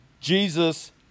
Jesus